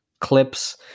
clips